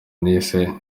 nise